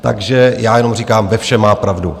Takže já jenom říkám, ve všem má pravdu.